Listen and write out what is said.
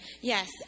Yes